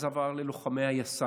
ואז עבר לתנועה ואז עבר ללוחמי היס"מ.